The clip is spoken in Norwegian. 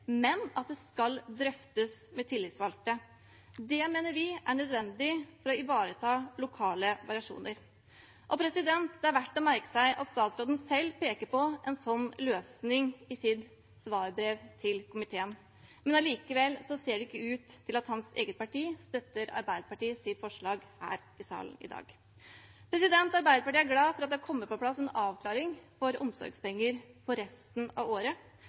men at det skal drøftes med tillitsvalgte. Det mener vi er nødvendig for å ivareta lokale variasjoner. Det er verdt å merke seg at statsråden selv peker på en sånn løsning i sitt svarbrev til komiteen. Men likevel ser det ikke ut til at hans eget parti støtter Arbeiderpartiet og SVs forslag her i salen i dag. Arbeiderpartiet er glad for at det har kommet på plass en avklaring for omsorgspenger for resten av året.